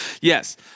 Yes